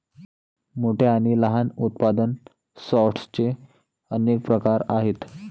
मोठ्या आणि लहान उत्पादन सॉर्टर्सचे अनेक प्रकार आहेत